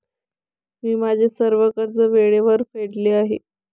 मी माझे सर्व कर्ज वेळेवर फेडले आहे